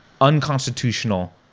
unconstitutional